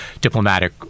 diplomatic